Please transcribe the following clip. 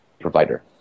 provider